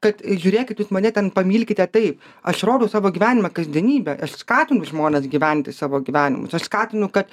kad žiūrėkit mane ten pamilkite taip aš rodau savo gyvenimą kasdienybę aš skatinu žmones gyventi savo gyvenimus aš skatinu kad